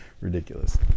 ridiculous